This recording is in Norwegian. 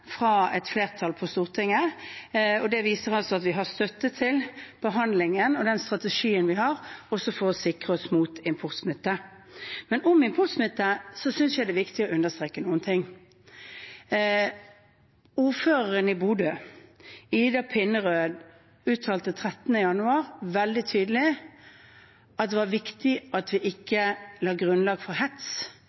på Stortinget. Det viser at vi har støtte til den behandlingen og strategien vi har for å sikre oss mot importsmitte også. Men når det gjelder importsmitte, er det viktig å understreke noen ting. Ordføreren i Bodø, Ida Pinnerød, uttalte den 13. januar veldig tydelig at det var viktig at vi ikke la et grunnlag for hets